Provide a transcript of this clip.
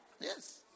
Yes